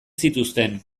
zituzten